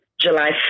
July